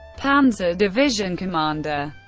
panzer division commander